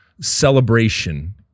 celebration